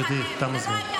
גברתי, תם הזמן.